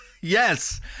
Yes